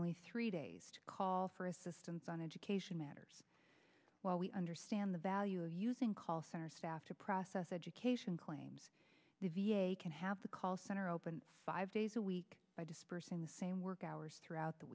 only three days to call for assistance on education matters while we understand the value of using call center staff to process education claims the v a can have the call center open five days a week by dispersing the same work hours throughout the